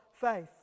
faith